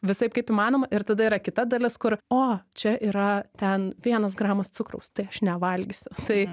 visaip kaip įmanoma ir tada yra kita dalis kur o čia yra ten vienas gramas cukraus tai aš nevalgysiu tai